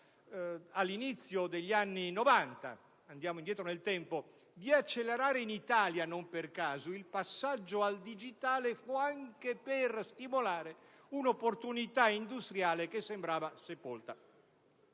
all'inizio degli anni Novanta, di accelerare in Italia - non per caso - il passaggio al digitale, fu anche per stimolare un'opportunità industriale che sembrava sepolta.